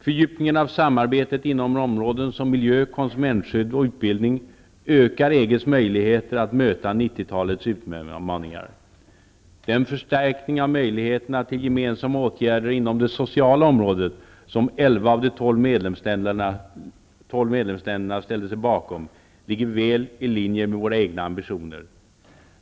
Fördjupningen av samarbetet inom områden som miljö, konsumentskydd och utbildning ökar EG:s möjligheter att möta 90-talets utmaningar. Den förstärkning av möjligheterna till gemensamma åtgärder inom det sociala området som elva av de tolv medlemsländerna ställde sig bakom ligger väl i linje med våra egna ambitioner.